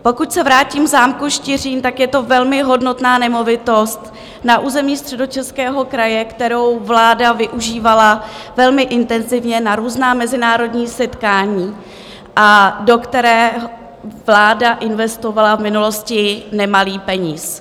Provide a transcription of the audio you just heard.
Pokud se vrátím k zámku Štiřín, je to velmi hodnotná nemovitost na území Středočeského kraje, kterou vláda využívala velmi intenzivně na různá mezinárodní setkání a do které vláda investovala v minulosti nemalý peníz.